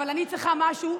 אבל אני צריכה משהו.